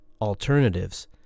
alternatives